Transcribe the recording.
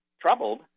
troubled